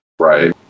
right